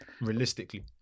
realistically